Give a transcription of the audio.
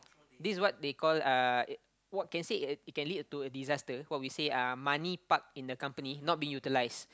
this what they call uh what can say uh it can lead to a disaster what we say uh money parked in the company not being utilized